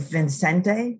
Vincente